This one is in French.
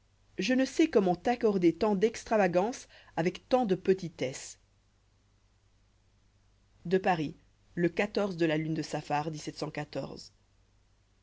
je ne sais comment accorder tant d'extravagance avec tant de petitesse de paris le de la lune de